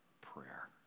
prayer